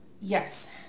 yes